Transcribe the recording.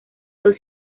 dos